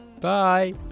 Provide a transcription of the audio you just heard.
Bye